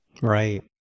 Right